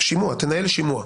היא תנהל שימוע.